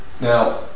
Now